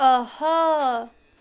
آہا